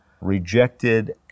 rejected